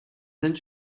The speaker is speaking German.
sind